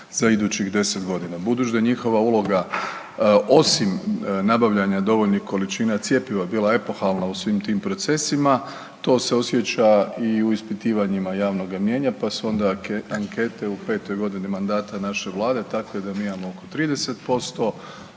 za idućih 10.g.. Budući da je njihova uloga osim nabavljanja dovoljnih količina cjepiva bila epohalna u svim tim procesima, to se osjeća i u ispitivanjima javnoga mijenja, pa su onda ankete u 5-oj godini mandata naše vlade takve da mi imamo oko 30%,